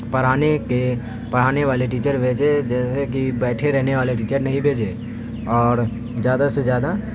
پڑھانے کے پڑھانے والے ٹیچر بھیجے جیسے کہ بیٹھے رہنے والے ٹیچر نہیں بھیجے اور زیادہ سے زیادہ